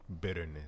Bitterness